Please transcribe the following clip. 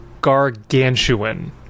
gargantuan